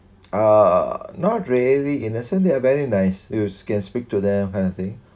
uh not really innocent they are very nice you can speak to them kind of thing